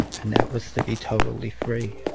and that was to be totally free